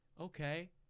okay